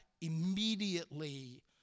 immediately